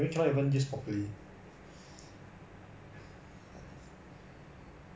ya lah so I mean maybe you never take care of your laptop then 管我管我什么屁事